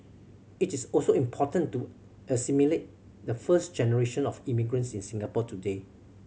it is also important to assimilate the first generation of immigrants in Singapore today